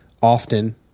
often